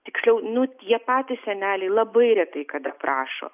tiksliau nu tie patys seneliai labai retai kada prašo